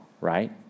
right